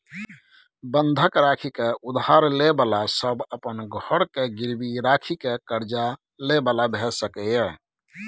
बंधक राखि के उधार ले बला सब अपन घर के गिरवी राखि के कर्जा ले बला भेय सकेए